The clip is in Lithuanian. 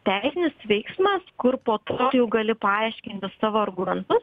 teisinis veiksmas kur po to jau gali paaiškinti savo argumentus